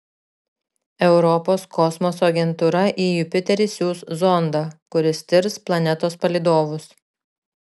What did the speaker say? europos kosmoso agentūra į jupiterį siųs zondą kuris tirs planetos palydovus